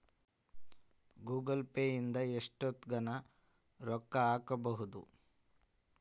Google Pay ಇಂದ ಎಷ್ಟೋತ್ತಗನ ರೊಕ್ಕ ಹಕ್ಬೊದು